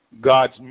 God's